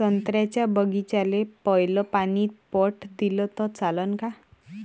संत्र्याच्या बागीचाले पयलं पानी पट दिलं त चालन का?